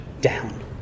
down